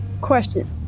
question